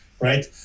right